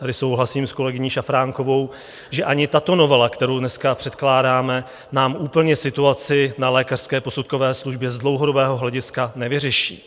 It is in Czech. Tady souhlasím s kolegyní Šafránkovou, že ani tato novela, kterou dneska předkládáme, nám úplně situaci na lékařské posudkové službě z dlouhodobého hlediska nevyřeší.